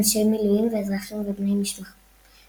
אנשי מילואים ואזרחים ובני משפחותיהם,